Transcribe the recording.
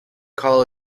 call